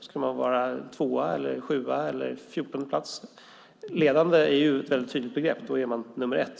Ska man vara på andra plats, på sjunde plats eller på fjortonde plats? Ledande är ett väldigt tydligt begrepp. Då är man nummer ett.